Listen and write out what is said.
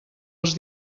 els